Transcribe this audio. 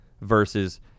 versus